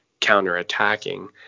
counterattacking